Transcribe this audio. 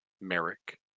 Merrick